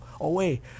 away